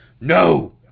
No